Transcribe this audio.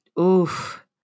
Oof